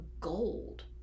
gold